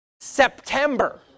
September